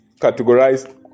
categorized